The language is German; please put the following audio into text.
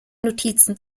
notizen